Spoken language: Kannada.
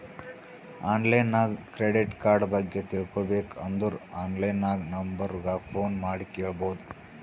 ಆನ್ಲೈನ್ ನಾಗ್ ಕ್ರೆಡಿಟ್ ಕಾರ್ಡ ಬಗ್ಗೆ ತಿಳ್ಕೋಬೇಕ್ ಅಂದುರ್ ಆನ್ಲೈನ್ ನಾಗ್ ನಂಬರ್ ಗ ಫೋನ್ ಮಾಡಿ ಕೇಳ್ಬೋದು